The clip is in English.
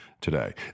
today